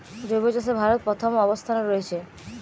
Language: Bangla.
জৈব চাষে ভারত প্রথম অবস্থানে রয়েছে